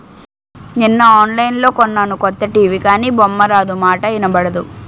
నిన్న ఆన్లైన్లో కొన్నాను కొత్త టీ.వి గానీ బొమ్మారాదు, మాటా ఇనబడదు